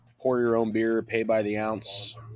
pour-your-own-beer-pay-by-the-ounce